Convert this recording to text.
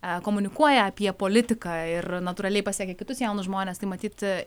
komunikuoja apie politiką ir natūraliai pasiekia kitus jaunus žmones tai matyt